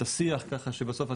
ככה בסוף,